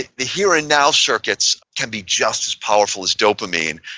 the here and now circuits can be just as powerful as dopamine,